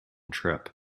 trip